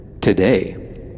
today